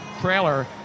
trailer